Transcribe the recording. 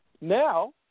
Now